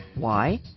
why?